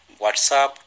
WhatsApp